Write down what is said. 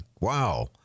Wow